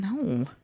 No